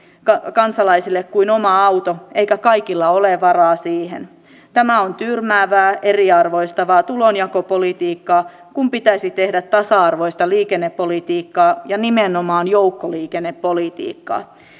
kansalaisille kuin oma auto eikä kaikilla ole varaa siihen tämä on tyrmäävää eriarvoistavaa tulonjakopolitiikkaa kun pitäisi tehdä tasa arvoista liikennepolitiikkaa ja nimenomaan joukkoliikennepolitiikkaa